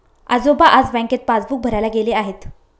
आजोबा आज बँकेत पासबुक भरायला गेले आहेत